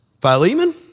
Philemon